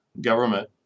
government